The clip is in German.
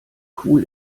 cool